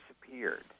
disappeared